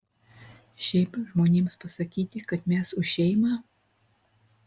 šiaip žmonėms pasakyti kad mes už šeimą